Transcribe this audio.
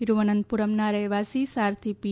તિરુવનંથપુરમના રહેવાસી સારથી પી